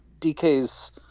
DK's